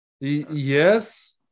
Yes